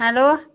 hello